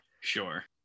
sure